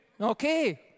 Okay